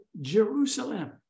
Jerusalem